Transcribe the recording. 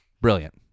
Brilliant